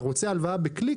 אתה רוצה הלוואה בקליק?